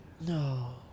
No